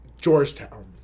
Georgetown